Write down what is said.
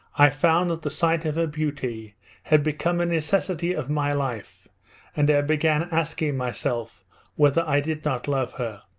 i found that the sight of her beauty had become a necessity of my life and i began asking myself whether i did not love her.